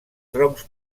troncs